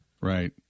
Right